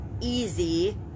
easy